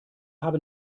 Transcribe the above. haben